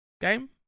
game